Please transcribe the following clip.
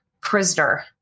prisoner